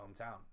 hometown